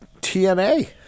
TNA